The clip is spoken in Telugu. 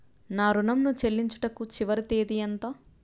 నా ఋణం ను చెల్లించుటకు చివరి తేదీ ఎంత?